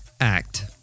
Act